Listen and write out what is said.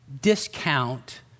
discount